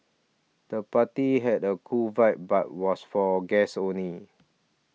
the party had a cool vibe but was for guests only